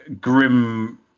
grim